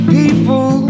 people